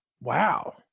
wow